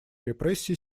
репрессии